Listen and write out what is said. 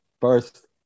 First